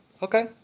Okay